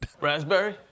Raspberry